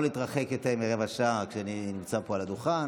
להתרחק יותר מרבע שעה כשאני נמצא פה על הדוכן,